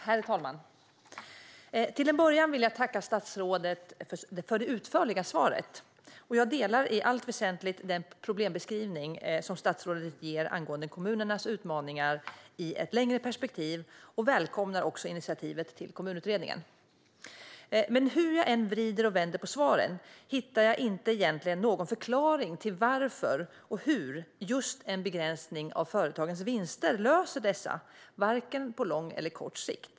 Herr talman! Till att börja med vill jag tacka statsrådet för det utförliga svaret. Jag delar i allt väsentligt den problembeskrivning som statsrådet ger angående kommunernas utmaningar i ett längre perspektiv och välkomnar också initiativet till Kommunutredningen. Men hur jag än vrider och vänder på svaret hittar jag inte egentligen någon förklaring till varför och hur just en begränsning av företagens vinster löser dessa, vare sig på lång eller kort sikt.